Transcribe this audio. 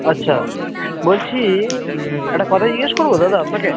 আচ্ছা বলছি একটা কথা জিজ্ঞাসা করব দাদা আপনাকে